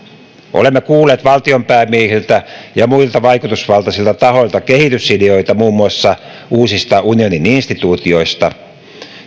olemme kuulleet valtionpäämiehiltä ja muilta vaikutusvaltaisilta tahoilta kehitysideoita muun muassa uusista unionin instituutioista